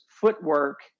footwork